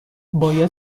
باید